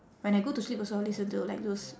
when I go to sleep also I will listen to like those